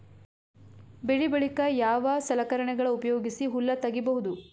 ಬೆಳಿ ಬಳಿಕ ಯಾವ ಸಲಕರಣೆಗಳ ಉಪಯೋಗಿಸಿ ಹುಲ್ಲ ತಗಿಬಹುದು?